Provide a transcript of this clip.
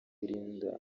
burinda